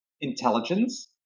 intelligence